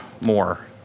more